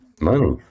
Money